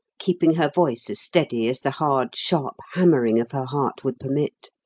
keeping her voice as steady as the hard, sharp hammering of her heart would permit.